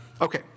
Okay